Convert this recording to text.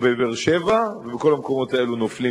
ואז צריך לוותר לבעל הבית על כל דבר ובלבד שהוא לא ייאלץ,